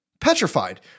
petrified